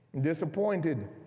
disappointed